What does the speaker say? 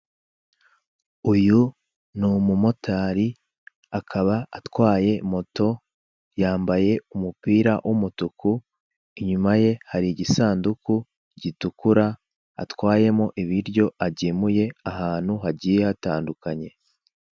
Uyu ni umumotari akaba atwaye moto yambaye umupira w'umutuku, inyuma ye hari igisanduku gitukura atwayemo ibiryo agemuye ahantu hagiye hatandukanye.